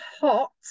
hot